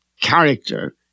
character